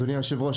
אדוני היושב ראש,